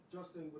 Justin